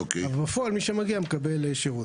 אבל בפועל מי שמגיע מקבל שירות.